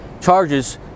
charges